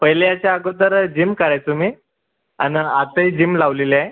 पहिले याच्या अगोदर जिम करायचो मी आणि आताही जिम लावलेली आहे